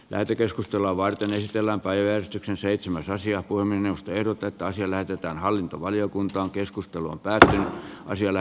lähetekeskustelua varten tilapäinen tyttö seitsemäs asia kuin minusta erotettaisiin lähetetään hallintovaliokunta on keskustellut päätäni ja siellä